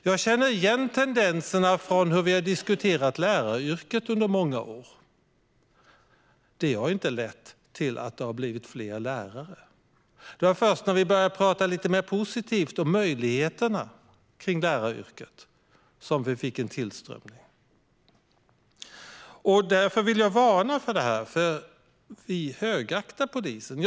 Jag känner igen tendenserna från diskussionen om läraryrket, och den har inte lett till att det har blivit fler lärare. Det var först när vi började prata lite mer positivt om möjligheterna med läraryrket som vi fick en tillströmning. Därför vill jag varna för detta. Vi högaktar polisen.